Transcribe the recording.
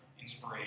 inspiration